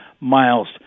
miles